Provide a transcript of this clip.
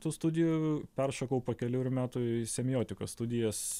tų studijų peršokau pa kelerių metų į semiotikos studijas